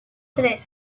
tres